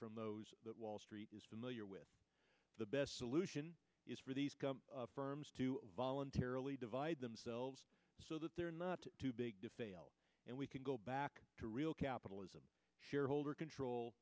from those that wall street is familiar with the best solution is for these firms to voluntarily divide themselves so that they're not too big to fail and we can go back to real capitalism shareholder control